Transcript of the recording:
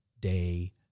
day